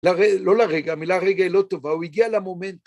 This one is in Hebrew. לא לרגע, המילה רגע היא לא טובה, הוא הגיע למומנט.